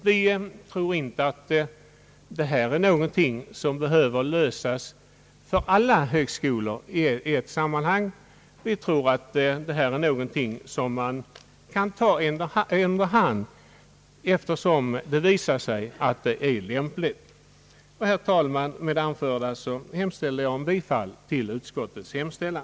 Vi tror inte att detta är en fråga som behöver lösas för alla högskolor i ett sammanhang utan att detta kan ske under hand allteftersom det visar sig lämpligt. Herr talman! Med det anförda yrkar jag bifall till utskottets hemställan.